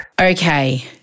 Okay